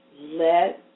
Let